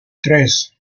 tres